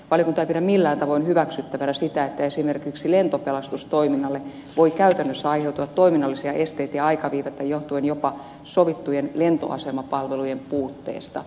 valiokunta ei pidä millään tavoin hyväksyttävänä sitä että esimerkiksi lentopelastustoiminnalle voi käytännössä aiheutua toiminnallisia esteitä ja aikaviivettä johtuen jopa sovittujen lentoasemapalvelujen puutteesta